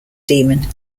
demon